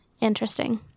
interesting